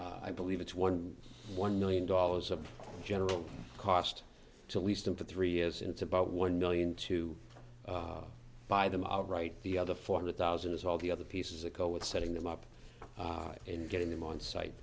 ledger i believe it's one one million dollars of general cost to lease them for three years into about one million to buy them outright the other four hundred thousand is all the other pieces that go with setting them up and getting them on site